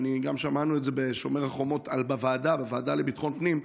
וגם שמענו את זה בשומר החומות בוועדה לביטחון פנים,